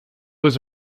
was